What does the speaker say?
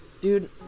Dude